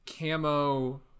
camo